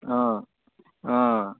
অঁ অঁ